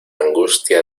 angustia